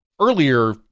earlier